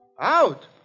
Out